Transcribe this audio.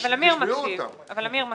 אבל אמיר מקשיב.